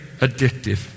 addictive